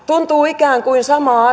ikään kuin